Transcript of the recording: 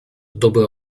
dobra